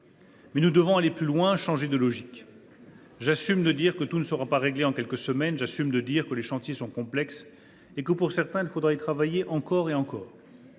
nous devons aller plus loin, et changer de logique. J’assume de dire que tout ne sera pas réglé en quelques semaines. J’assume de dire que les chantiers sont complexes et qu’il nous faudra, sur certains d’entre eux, travailler encore et encore.